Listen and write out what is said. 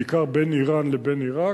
בעיקר בין אירן לבין עירק,